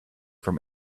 from